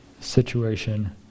situation